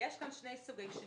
יש כאן שני שינויים.